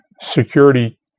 security